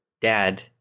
dad